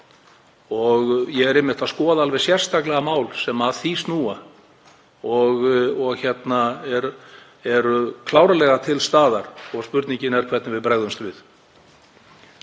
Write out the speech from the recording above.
Ég er einmitt að skoða alveg sérstaklega mál sem að því snúa og eru klárlega til staðar. Spurningin er hvernig við bregðumst við.